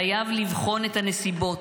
חייב לבחון את הנסיבות,